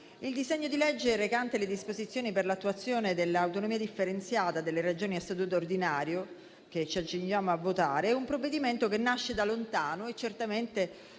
il disegno di legge recante disposizioni per l'attuazione dell'autonomia differenziata delle Regioni a statuto ordinario che ci accingiamo a votare è un provvedimento che nasce da lontano e certamente